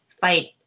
fight